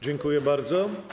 Dziękuję bardzo.